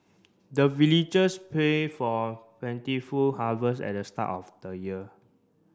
the villagers pray for plentiful harvest at the start of the year